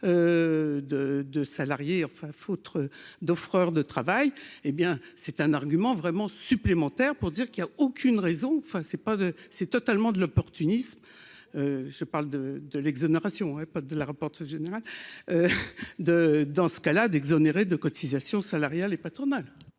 de salariés enfin foutre d'offreurs de travail, hé bien, c'est un argument vraiment supplémentaire pour dire qu'il y a aucune raison, enfin c'est pas de c'est totalement de l'opportunisme, je parle de de l'exonération est pas de la rapporteuse générale de dans ce cas-là, d'exonérer de cotisations salariales et patronales.